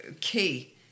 key